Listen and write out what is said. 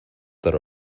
that